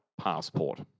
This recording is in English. passport